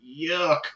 Yuck